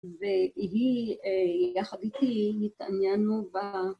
והיא יחד איתי היא התעניינו בה